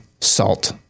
salt